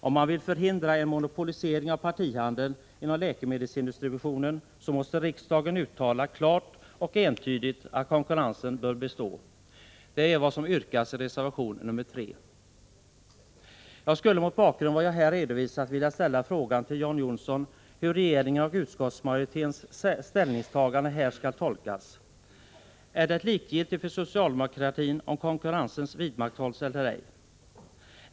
Vill man förhindra en monopolisering av partihandeln inom läkemedelsdistributionen, måste riksdagen uttala klart och entydigt att konkurrensen bör bestå. Det är vad som yrkas i reservation nr 3. Jag skulle mot bakgrund av vad jag redovisat vilja ställa frågan till John Johnsson hur regeringens och utskottsmajoritetens ställningstagande här skall tolkas. Är det likgiltigt för socialdemokratin om konkurrensen vidmakthålls eller ej?